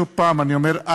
שוב פעם אני אומר,